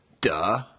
Duh